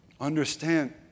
understand